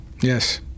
Yes